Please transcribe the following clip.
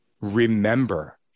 remember